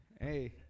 Hey